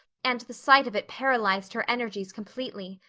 and the sight of it paralyzed her energies completely.